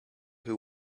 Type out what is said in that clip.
who